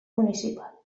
municipal